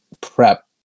prep